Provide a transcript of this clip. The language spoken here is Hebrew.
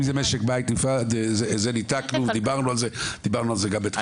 זה משק בית נפרד ניתקנו ודיברנו על זה גם בתחילת הישיבה.